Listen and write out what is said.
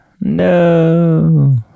no